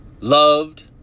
loved